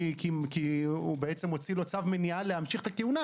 כי הוא בעצם הוציא לו צו מניעה להמשיך את הכהונה,